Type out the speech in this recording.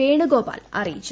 വേണുഗോപാൽ അറിയിച്ചു